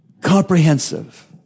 comprehensive